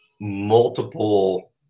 multiple